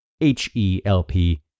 H-E-L-P